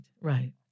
right